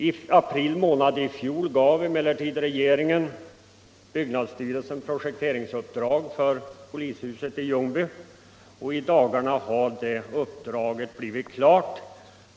I april månad i fjol gav regeringen byggnadsstyrelsen projekteringsuppdrag avseende polishuset i Ljungby, och i dagarna har det uppdraget slutförts.